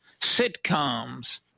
sitcoms